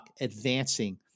advancing